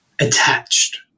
attached